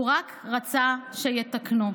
הוא רק רצה שיתקנו,